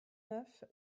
neuf